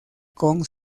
con